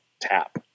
tap